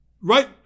right